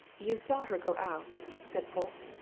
you saw her go out? said polke.